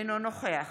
אינו נוכח